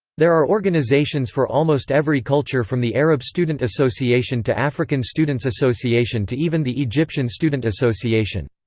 there are organizations for almost every culture from the arab student association to african students association to even the egyptian student association.